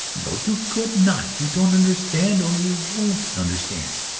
no! you could not. you don't understand or you won't understand.